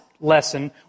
lesson